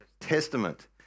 testament